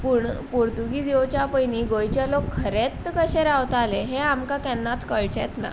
पूण पोर्तुगीज येवच्या पयनीं गोंयचे लोक खरेंच कशें रावताले हें आमकां केन्नात कळचेंच ना